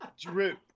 Drip